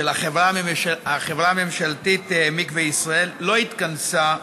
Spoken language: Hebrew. החברה הממשלתית מקווה ישראל לא התכנסה,